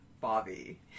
Bobby